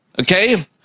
Okay